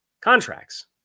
contracts